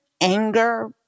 anger